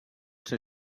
ser